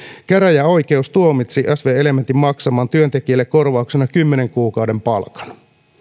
käräjäoikeus tuomitsi sv elementin maksamaan työntekijälle korvauksena kymmenen kuukauden palkan